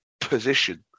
position